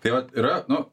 tai vat yra nu